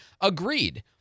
Agreed